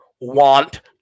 want